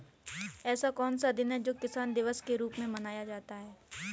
ऐसा कौन सा दिन है जो किसान दिवस के रूप में मनाया जाता है?